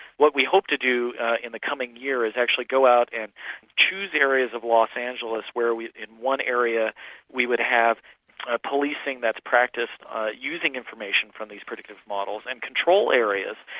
what we hope to do in the coming year is actually go out and choose areas of los angeles where in one area we would have ah policing that's practiced using information from these predictive models, and control areas,